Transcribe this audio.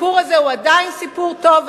הסיפור הזה הוא עדיין סיפור טוב,